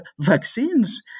vaccines